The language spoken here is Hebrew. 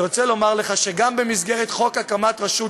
אני רוצה לומר לך שגם במסגרת חוק הקמת רשות